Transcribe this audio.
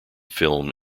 film